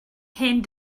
hen